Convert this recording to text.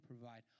provide